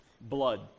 blood